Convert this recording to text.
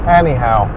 anyhow